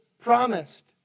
promised